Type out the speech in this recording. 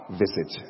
visit